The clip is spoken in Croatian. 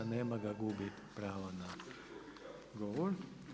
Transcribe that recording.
Nema ga, gubi pravo na govor.